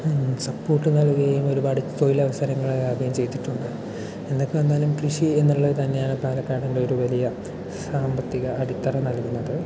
support നൽകുകയും ഒരുപാട് തൊഴിലവസരങ്ങൾ നൽകുകയും ചെയ്തിട്ടുണ്ട് എന്തൊക്കെ വന്നാലും കൃഷി എന്നുള്ളത് തന്നെയാണ് പാലക്കാട് ഉള്ള ഒരു വലിയ സാമ്പത്തിക അടിത്തറ നൽകുന്നത്